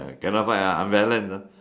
cannot fly ah unbalanced ah